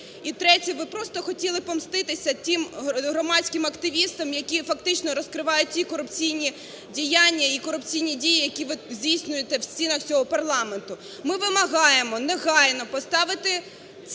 І третє. Ви просто хотіли помститися тим громадським активістам, які фактично розкривають ті корупційні діяння і корупційні дії, які ви здійснюєте в стінах цього парламенту. Ми вимагаємо, негайно поставити ці